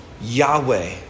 Yahweh